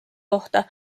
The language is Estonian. kohta